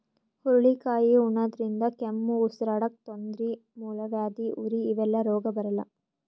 ಹುರಳಿಕಾಯಿ ಉಣಾದ್ರಿನ್ದ ಕೆಮ್ಮ್, ಉಸರಾಡಕ್ಕ್ ತೊಂದ್ರಿ, ಮೂಲವ್ಯಾಧಿ, ಉರಿ ಇವೆಲ್ಲ ರೋಗ್ ಬರಲ್ಲಾ